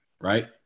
Right